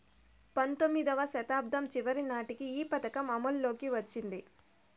పంతొమ్మిదివ శతాబ్దం చివరి నాటికి ఈ పథకం అమల్లోకి వచ్చింది